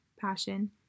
passion